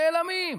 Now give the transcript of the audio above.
נעלמים,